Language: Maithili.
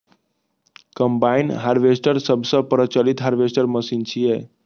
कंबाइन हार्वेस्टर सबसं प्रचलित हार्वेस्टर मशीन छियै